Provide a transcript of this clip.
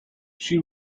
she